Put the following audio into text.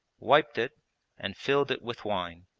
wiped it and filled it with wine,